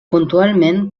puntualment